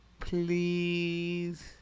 Please